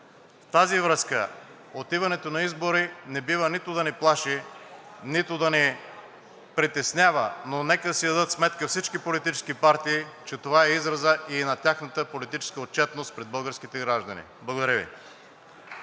В тази връзка отиването на избори не бива нито да ни плаши, нито да ни притеснява, но нека да си дадат сметка всички политически партии, че това е изразът и на тяхната политическа отчетност пред българските граждани. Благодаря Ви.